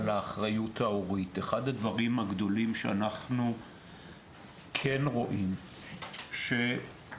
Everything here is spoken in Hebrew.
על האחריות ההורית: אחד הדברים הגדולים שאנחנו כן רואים הוא שאכן,